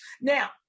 Now